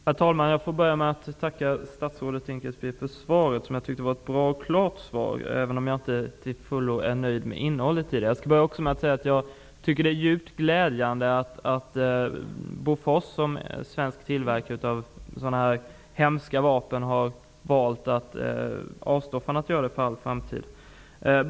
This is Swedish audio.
Herr talman! Jag börjar med att tacka statsrådet Dinkelspiel för svaret. Jag tycker att det var ett bra och klart svar, även om jag inte till fullo är nöjd med innehållet i det. Det är mycket glädjande att Bofors som svensk tillverkare av sådana här hemska vapen har valt att avstå från att tillverka dem för all framtid.